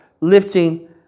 lifting